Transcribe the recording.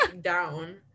down